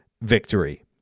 victory